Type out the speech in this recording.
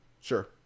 Sure